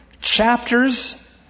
chapters